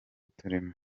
turimo